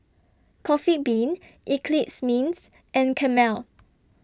Coffee Bean Eclipse Mints and Camel